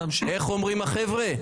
איך אומרים החבר'ה?